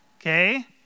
okay